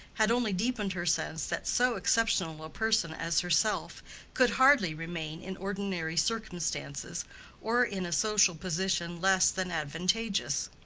had only deepened her sense that so exceptional a person as herself could hardly remain in ordinary circumstances or in a social position less than advantageous.